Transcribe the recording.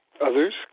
Others